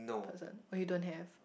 doesn't oh you don't have